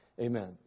Amen